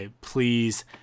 please